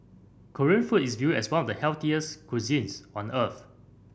Korean food is viewed as one of the healthiest cuisines on earth